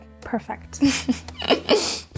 perfect